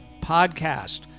podcast